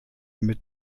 mit